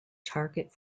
target